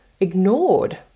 ignored